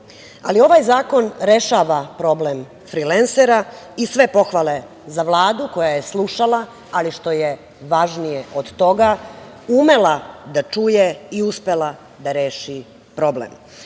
ali ovaj zakon rešava problem frilensera. I sve pohvale za Vladu koja je slušala, ali što je važnije od toga, umela da čuje i uspela da reši problem. Dobro